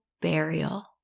burial